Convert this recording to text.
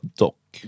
dock